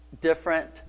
different